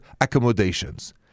accommodations